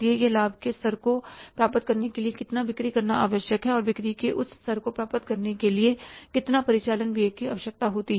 दिए गए लाभ के स्तर को प्राप्त करने के लिए कितना बिक्री करना आवश्यक है और बिक्री के उस स्तर को प्राप्त करने के लिए कितना परिचालन व्यय की आवश्यकता होती है